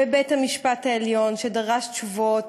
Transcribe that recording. בבית-המשפט העליון, שדרש תשובות